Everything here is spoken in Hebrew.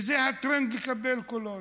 ויקבל קולות.